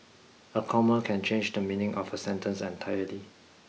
a comma can change the meaning of a sentence entirely